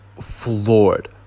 floored